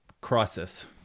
crisis